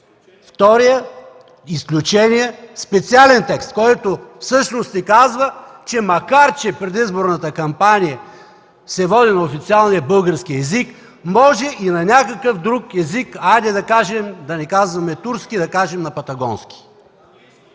вторият, изключение, специален текст, който всъщност ни казва, че макар, че предизборната кампания се води на официалния български език може и на някакъв друг език, хайде да не казваме турски, да кажем на патагонски.